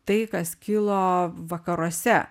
tai kas kilo vakaruose